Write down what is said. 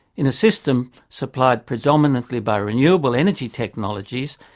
in a system supplied predominantly by renewable energy technologies,